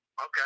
Okay